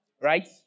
right